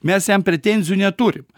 mes jam pretenzijų neturim